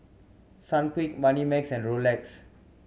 Sunquick Moneymax and Rolex